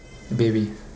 baby